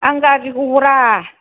आं गाज्रिखौ हरा